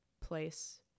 place